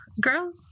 Girl